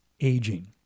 aging